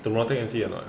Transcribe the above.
tomorrow take M_C or not